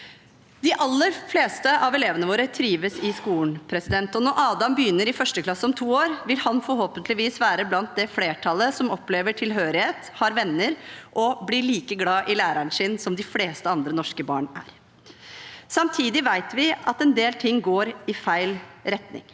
De aller fleste av elevene våre trives i skolen, og når Adam begynner i 1. klasse om to år, vil han forhåpentligvis være blant det flertallet som opplever tilhørighet og har venner, og bli like glad i læreren sin som de fleste andre norske barn er. Samtidig vet vi at en del ting går i feil retning.